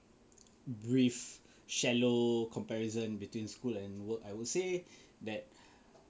brief shallow comparison between school and work I would say that